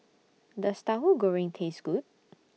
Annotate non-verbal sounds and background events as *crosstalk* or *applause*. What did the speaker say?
Does Tauhu Goreng Taste Good *noise*